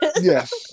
Yes